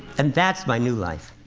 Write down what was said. and that's my new life.